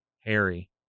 Harry